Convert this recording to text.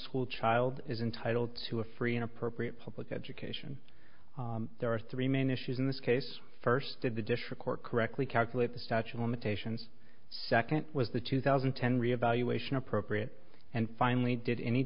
school child is entitled to a free and appropriate public education there are three main issues in this case first did the district court correctly calculate the statue of limitations second was the two thousand and ten reevaluation appropriate and finally did any